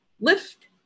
Lift